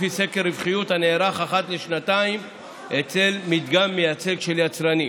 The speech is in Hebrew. לפי סקר רווחיות הנערך אחת לשנתיים במדגם מייצג של יצרנים.